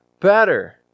better